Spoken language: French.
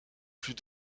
plus